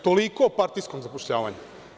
Toliko o partijskom zapošljavanju.